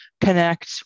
connect